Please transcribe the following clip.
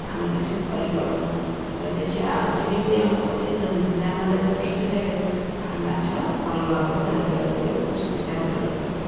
ଆମେ କିଛି ବି କରିପାରୁନାହୁଁ ଯଦି ସେ ଆଉ ଟିକିଏ ବି ଆମ ପ୍ରତି ଧ୍ୟାନ ଦେବେ ଦୃଷ୍ଟି ଦେବେ ଆମେ ମାଛ ଭଲ ଭାବରେ ଧରିପାରିବୁ ଏବଂ ସୁବିଧାରେ ଚଳିପାରିବୁ